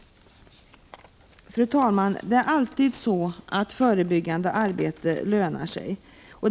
Fru talman! Förebyggande arbete lönar sig alltid.